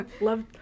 love